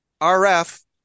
RF